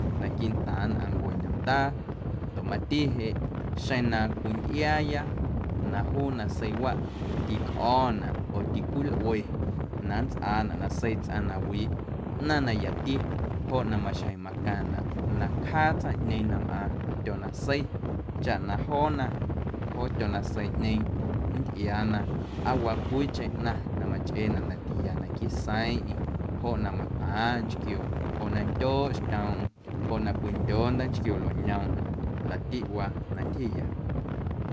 Naquiiꞌntaaⁿ nnꞌaⁿncue ñomndaa ndoꞌ mati jeꞌ xeⁿ na cwintꞌiaaya na juu naseiwaꞌ ticꞌo̱naꞌ oo ticwilꞌue na nntsꞌaanaꞌ nasei tsꞌaⁿ na wiiꞌ ꞌnaⁿ na yati joꞌ na maxjeⁿ macaⁿnaꞌ na cjaa tsaⁿꞌñeeⁿ na mꞌaaⁿ tyonasei chaꞌ na joona joo tyonaseiꞌñeeⁿ nntꞌiaana aa waa cwiicheⁿ ꞌnaⁿ na machꞌeenaꞌ na tiya naquiiꞌ seiiⁿꞌeiⁿ joꞌ na mcwjaaⁿꞌaⁿ nchquio, joꞌ na ndyooꞌ xtyoomꞌm, joꞌ na cwindyoo ndaanchquio lueꞌñoomꞌm laꞌtiꞌwaa na ntyjiya.